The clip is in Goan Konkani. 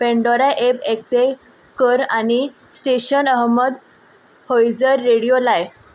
पेंडोरा एप एकतेय कर आनी स्टेशन अहमद हयझर रेडियो लाय